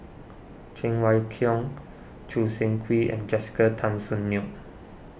Cheng Wai Keung Choo Seng Quee and Jessica Tan Soon Neo